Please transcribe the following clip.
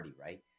right